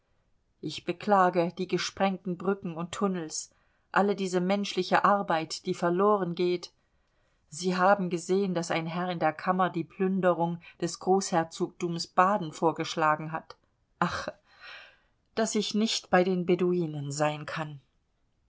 ich beklage die gesprengten brücken und tunnels alle diese menschliche arbeit die verloren geht sie haben gesehen daß ein herr in der kammer die plünderung des großherzogtums baden vorgeschlagen hat ach daß ich nicht bei den beduinen sein kann